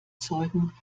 zeugen